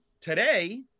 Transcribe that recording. today